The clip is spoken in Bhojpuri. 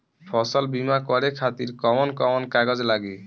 फसल बीमा करे खातिर कवन कवन कागज लागी?